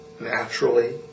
naturally